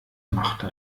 machte